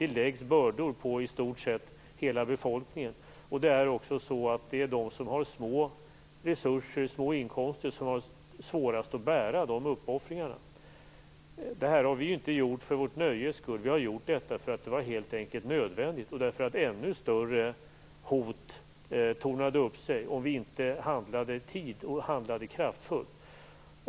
Det läggs bördor på i stort sett hela befolkningen. Det är också de som har små resurser och inkomster som har svårast att bära de uppoffringarna. Det här har vi inte gjort för vårt nöjes skull. Vi har gjort detta därför att det helt enkelt var nödvändigt och därför att ännu större hot tornade upp sig om vi inte handlade i tid och handlade kraftfullt.